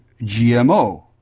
GMO